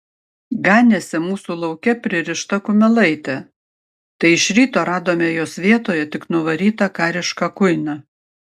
ganėsi mūsų lauke pririšta kumelaitė tai iš ryto radome jos vietoje tik nuvarytą karišką kuiną